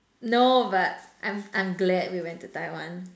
no but I'm I'm glad we went to Taiwan